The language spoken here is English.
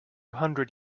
hundred